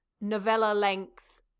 novella-length